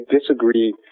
disagree